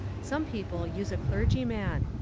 some people use a clergy man.